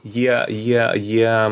jie jie jie